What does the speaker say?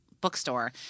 bookstore